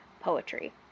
poetry